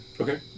Okay